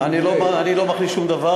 אני לא מכניס שום דבר,